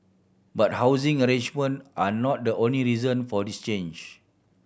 but housing arrangement are not the only reason for this change